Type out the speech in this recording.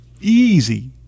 easy